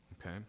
Okay